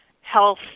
health